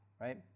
right